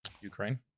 Ukraine